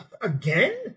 again